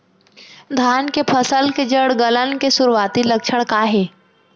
धान के फसल के जड़ गलन के शुरुआती लक्षण का हे?